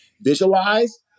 visualize